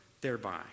thereby